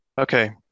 Okay